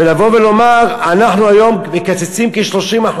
ולבוא ולומר: אנחנו היום מקצצים כ-30%.